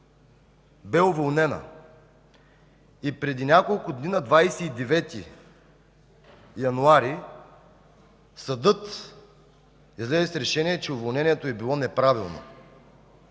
бе уволнена и преди няколко дни – на 29 януари, съдът излезе с решение, че уволнението е било неправилно.